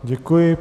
Děkuji.